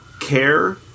Care